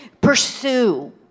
pursue